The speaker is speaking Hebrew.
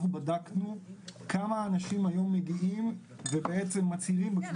אנחנו בדקנו כמה אנשים היום מגיעים ומצהירים בכניסה לסניף --- כן,